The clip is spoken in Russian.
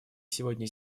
сегодня